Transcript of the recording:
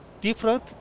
different